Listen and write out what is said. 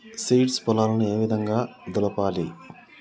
Seeds పొలాలను ఏ విధంగా దులపాలి?